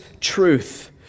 truth